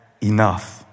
enough